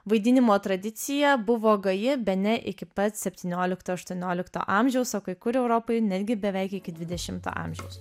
vaidinimo tradicija buvo gaji bene iki pat septyniolikto aštuoniolikto amžiaus o kai kur jau europoj netgi beveik iki dvidešimto amžiaus